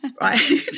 right